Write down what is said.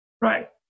Right